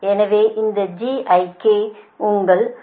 எனவே இந்த உங்கள் கண்டக்டன்ஸ்